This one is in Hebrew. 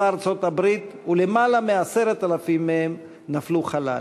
ארצות-הברית ולמעלה מ-10,000 מהם נפלו חלל.